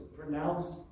pronounced